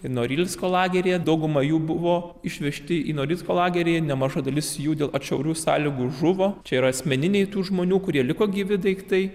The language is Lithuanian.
norilsko lageryje dauguma jų buvo išvežti į norilsko lagerį nemaža dalis jų dėl atšiaurių sąlygų žuvo čia yra asmeniniai tų žmonių kurie liko gyvi daiktai